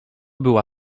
była